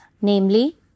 namely